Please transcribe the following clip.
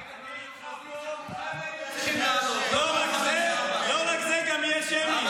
אני נמצא פה --- לא רק זה, גם יהיה שמית.